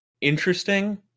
interesting